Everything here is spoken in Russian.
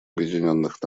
объединенных